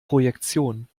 projektion